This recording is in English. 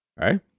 Right